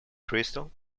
crystal